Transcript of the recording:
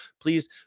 please